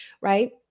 right